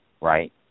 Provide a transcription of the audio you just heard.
right